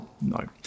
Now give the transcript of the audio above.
No